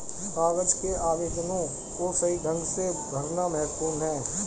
कागज के आवेदनों को सही ढंग से भरना महत्वपूर्ण है